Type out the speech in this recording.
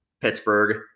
Pittsburgh